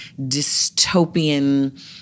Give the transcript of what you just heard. dystopian